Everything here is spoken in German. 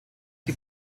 die